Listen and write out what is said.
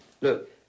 Look